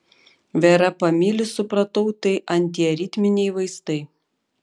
verapamilis supratau tai antiaritminiai vaistai